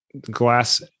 glass